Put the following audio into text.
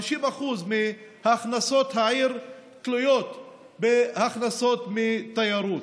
50% מהכנסות העיר תלויות בהכנסות מתיירות.